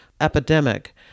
epidemic